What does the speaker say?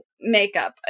makeup